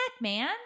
man